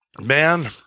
man